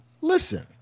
listen